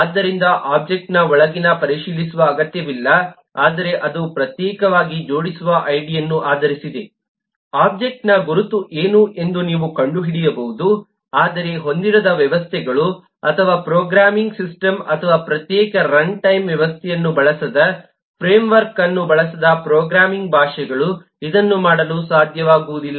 ಆದ್ದರಿಂದ ಒಬ್ಜೆಕ್ಟ್ನ ಒಳಗಿನ ಪರಿಶೀಲಿಸುವ ಅಗತ್ಯವಿಲ್ಲ ಆದರೆ ಅದು ಪ್ರತ್ಯೇಕವಾಗಿ ಜೋಡಿಸುವ ಐಡಿಯನ್ನು ಆಧರಿಸಿದೆ ಒಬ್ಜೆಕ್ಟ್ನ ಗುರುತು ಏನು ಎಂದು ನೀವು ಕಂಡುಹಿಡಿಯಬಹುದು ಆದರೆ ಹೊಂದಿರದ ವ್ಯವಸ್ಥೆಗಳು ಅಥವಾ ಪ್ರೋಗ್ರಾಮಿಂಗ್ ಸಿಸ್ಟಮ್ ಅಥವಾ ಪ್ರತ್ಯೇಕ ರನ್ಟೈಮ್ ವ್ಯವಸ್ಥೆಯನ್ನು ಬಳಸದ ಫ್ರೇಮ್ವರ್ಕ್ ಅನ್ನು ಬಳಸದ ಪ್ರೋಗ್ರಾಮಿಂಗ್ ಭಾಷೆಗಳು ಇದನ್ನು ಮಾಡಲು ಸಾಧ್ಯವಾಗುವುದಿಲ್ಲ